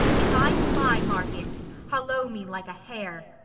if i fly, marcius, halloo me like a hare.